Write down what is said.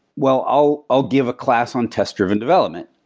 well i'll i'll give a class on test-driven development,